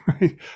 right